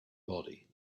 body